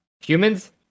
humans